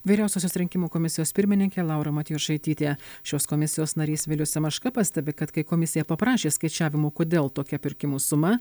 vyriausiosios rinkimų komisijos pirmininkė laura matjošaitytė šios komisijos narys vilius semeška pastebi kad kai komisija paprašė skaičiavimų kodėl tokia pirkimų suma